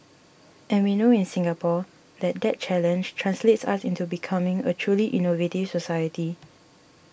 and we know in Singapore that that challenge translates into us becoming a truly innovative society